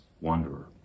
wanderer